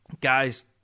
Guys